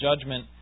judgment